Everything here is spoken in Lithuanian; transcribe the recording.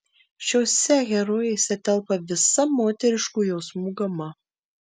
šiose herojėse telpa visa moteriškų jausmų gama